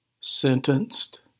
sentenced